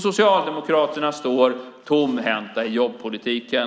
Socialdemokraterna står tomhänta i jobbpolitiken.